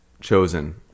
chosen